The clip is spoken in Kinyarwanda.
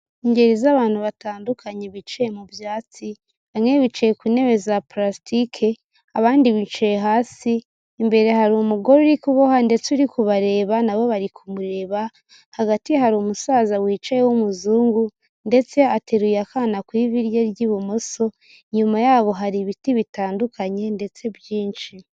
Ingeri z'abantu batandukanye bicaye mu byatsi, bamwe bicaye ku ntebe za pulasitike, abandi bicaye hasi, imbere hari umugore uri kuboha ndetse uri kubareba na bo bari kumureba. Hagati hari umusaza wicaye w'umuzungu ndetse ateruye akana ku ivi rye ry'ibumoso, inyuma yabo hari ibiti bitandukanye ndetse byinshi.